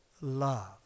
love